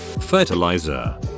Fertilizer